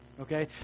okay